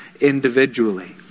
individually